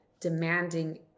demanding